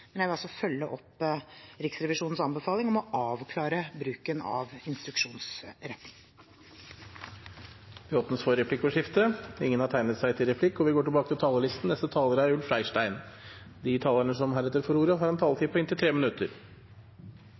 men jeg vil følge opp Riksrevisjonens anbefaling om å avklare bruken av instruksjonsrett. De talere som heretter får ordet, har